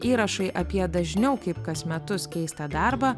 įrašai apie dažniau kaip kas metus keistą darbą